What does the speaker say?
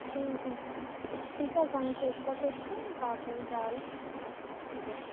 ঠিক আছে ঠিক আছে আমি চেষ্টা করছি আমি তাড়াতাড়ি যাওয়ারই চেষ্টা করছি ঠিক আছে